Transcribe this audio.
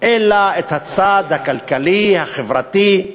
אלא את הצד הכלכלי, החברתי,